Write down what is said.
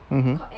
(uh huh)